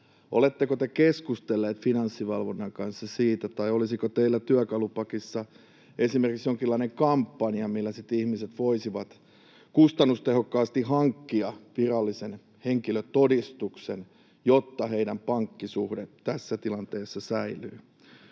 Oletteko te keskustellut Finanssivalvonnan kanssa siitä, tai olisiko teillä työkalupakissa esimerkiksi jonkinlainen kampanja, millä ihmiset voisivat kustannustehokkaasti hankkia virallisen henkilötodistuksen, jotta heidän pankkisuhteensa tässä tilanteessa säilyy?